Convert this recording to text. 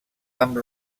amb